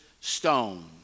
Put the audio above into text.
stone